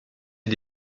les